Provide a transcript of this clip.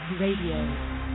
Radio